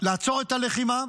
לעצור את הלחימה,